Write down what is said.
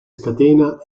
scatena